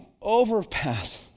overpass